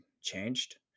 changed